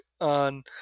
on